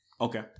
okay